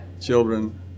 children